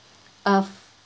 of